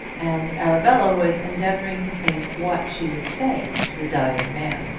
and arabella was endeavouring to think what she would say to the dying man.